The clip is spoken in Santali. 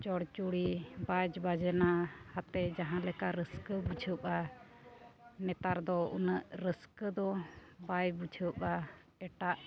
ᱪᱚᱲᱪᱚᱲᱤ ᱵᱟᱡᱽ ᱵᱟᱡᱽᱱᱟ ᱟᱛᱮᱫ ᱡᱟᱦᱟᱸ ᱞᱮᱠᱟ ᱨᱟᱹᱥᱠᱟᱹ ᱵᱩᱡᱷᱟᱹᱜᱼᱟ ᱱᱮᱛᱟᱨ ᱫᱚ ᱩᱱᱟᱹᱜ ᱨᱟᱹᱥᱠᱟᱹ ᱫᱚ ᱵᱟᱭ ᱵᱩᱡᱷᱟᱹᱜᱼᱟ ᱮᱴᱟᱜ